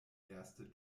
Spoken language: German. erste